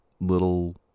little